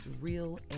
real